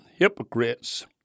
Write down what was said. hypocrite's